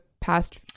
past